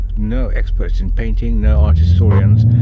no experts in painting, no art historians,